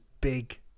big